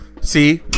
see